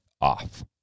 off